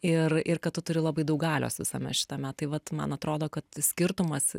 ir ir kad tu turi labai daug galios visame šitame tai vat man atrodo kad skirtumas